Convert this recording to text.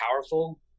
powerful